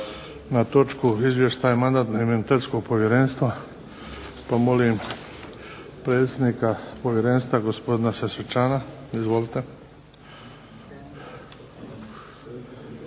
na točku - Izvješće Mandatno-imunitetnog povjerenstva Pa molim predsjednika Povjerenstva gospodina Sesvečana, izvolite.